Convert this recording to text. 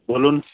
বলুন